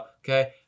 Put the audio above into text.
Okay